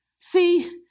See